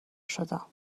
شدم